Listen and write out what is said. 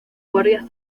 guardias